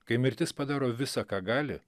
kai mirtis padaro visa ką gali